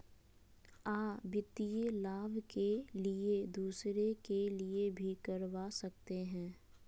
आ वित्तीय लाभ के लिए दूसरे के लिए भी करवा सकते हैं?